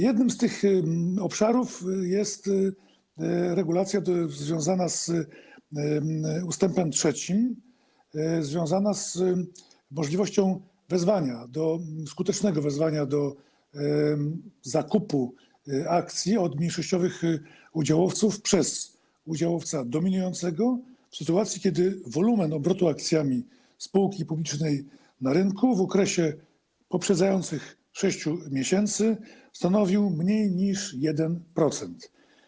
Jednym z tych obszarów jest regulacja dotycząca ust. 3, związana z możliwością skutecznego wezwania do zakupu akcji od mniejszościowych udziałowców przez udziałowca dominującego w sytuacji, kiedy wolumen obrotu akcjami spółki publicznej na rynku w okresie poprzedzających 6 miesięcy stanowił mniej niż 1%.